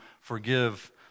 forgive